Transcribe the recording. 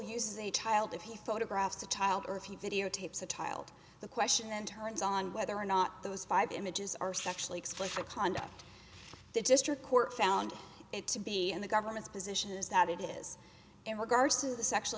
uses a child if he photographed a child or if he videotapes a tiled the question then turns on whether or not those five images are sexually explicit conduct the district court found it to be and the government's position is that it is in regards to the sexual